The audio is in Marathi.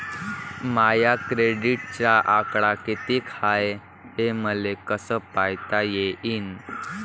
माया क्रेडिटचा आकडा कितीक हाय हे मले कस पायता येईन?